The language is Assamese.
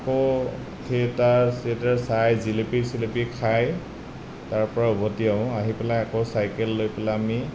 আকৌ থিয়েটাৰ চিয়েটাৰ চাই জেলেপী চিলেপী খাই তাৰ পৰা উভটি আহোঁ আহি পেলাই আকৌ চাইকেল লৈ পেলাই আমি